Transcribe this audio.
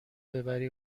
ببری